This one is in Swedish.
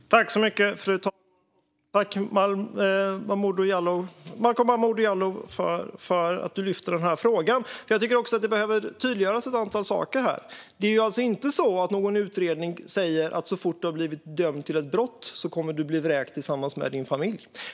Fru talman! Tack, Malcolm Momodou Jallow, för att du lyfter den här frågan! Det är ett antal saker som behöver tydliggöras här. Det finns ingen utredning som säger att så fort man har blivit dömd för ett brott ska man bli vräkt tillsammans med sin familj.